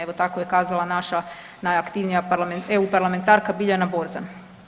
Evo, tako je kazala naša najaktivnija EU parlamentarka Biljana Borzan.